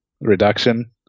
reduction